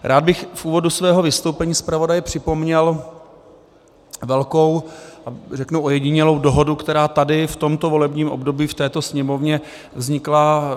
Rád bych v úvodu svého vystoupení zpravodaje připomněl velkou a řeknu ojedinělou dohodu, která tady v tomto volebním období v této Sněmovně vznikla.